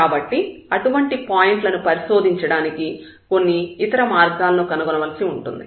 కాబట్టి అటువంటి పాయింట్ లను పరిశోధించడానికి కొన్ని ఇతర మార్గాలను కనుగొనవలసి ఉంటుంది